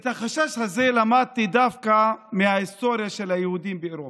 על החשש הזה למדתי דווקא מההיסטוריה של היהודים באירופה.